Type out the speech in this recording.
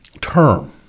term